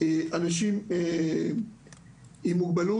אנשים עם מוגבלות.